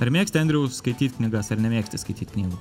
ar mėgsti andriau skaityt knygas ar nemėgsti skaityt knygų